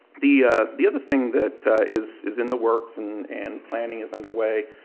the the other thing that is is in the works and and planning is under way,